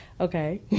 Okay